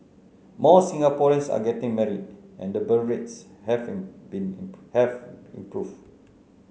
more Singaporeans are getting married and the birth rates have been have improved